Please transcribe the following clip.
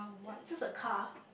just a car